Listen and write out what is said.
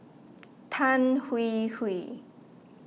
Tan Hwee Hwee